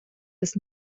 ist